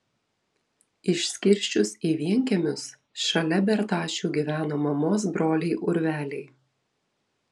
išskirsčius į vienkiemius šalia bertašių gyveno mamos broliai urveliai